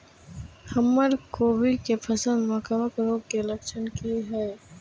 हमर कोबी के फसल में कवक रोग के लक्षण की हय?